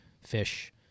fish